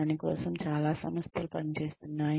దాని కోసం చాలా సంస్థలు పనిచేస్తున్నాయి